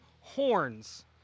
horns